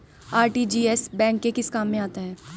RTGS bank के किस काम में आता है?